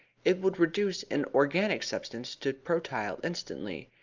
it would reduce an organic substance to protyle instantly.